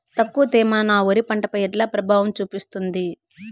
తక్కువ తేమ నా వరి పంట పై ఎట్లా ప్రభావం చూపిస్తుంది?